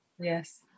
Yes